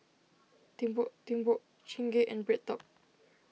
Timbuk Timbuk Chingay and BreadTalk